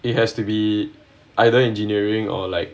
it has to be either engineering or like